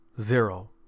Zero